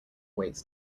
waits